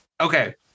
Okay